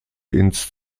ins